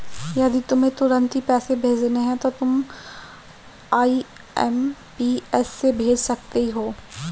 यदि तुम्हें तुरंत ही पैसे भेजने हैं तो तुम आई.एम.पी.एस से भेज सकती हो